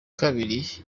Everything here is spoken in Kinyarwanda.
kabiri